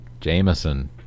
Jameson